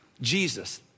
Jesus